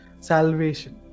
salvation